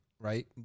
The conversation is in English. Right